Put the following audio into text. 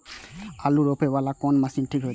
आलू रोपे वाला कोन मशीन ठीक होते?